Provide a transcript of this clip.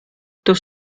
durch